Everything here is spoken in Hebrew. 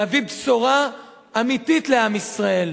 להביא בשורה אמיתית לעם ישראל,